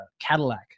cadillac